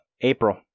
April-